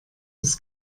das